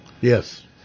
Yes